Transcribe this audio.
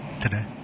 today